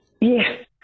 Yes